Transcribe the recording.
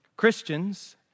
Christians